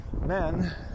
men